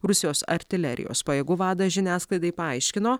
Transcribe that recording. rusijos artilerijos pajėgų vadas žiniasklaidai paaiškino